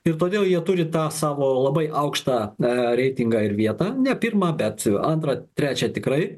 ir todėl jie turi tą savo labai aukštą reitingą ir vietą ne pirmą bet antrą trečią tikrai